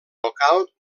local